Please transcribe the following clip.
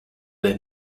the